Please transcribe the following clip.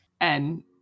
and-